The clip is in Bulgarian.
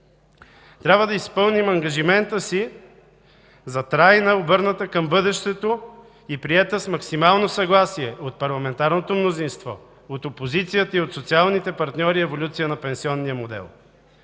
Трябва да изпълним ангажимента си за трайна, обърната към бъдещето и приета с максимално съгласие от парламентарното мнозинство, от опозицията и от социалните партньори еволюция на пенсионния модел.